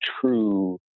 true